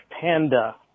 Panda